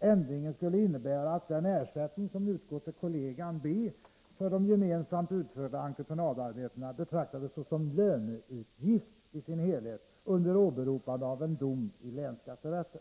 Ändringen skulle innebära att den ersättning som utgått till kollegan B för de gemensamt utförda entreprenadarbetena betraktades såsom löneutgift i sin helhet under åberopande av en dom i länsskatterätten.